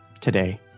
today